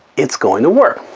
it's going to work.